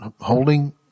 holding